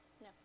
No